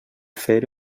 fer